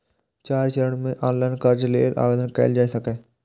चारि चरण मे ऑनलाइन कर्ज लेल आवेदन कैल जा सकैए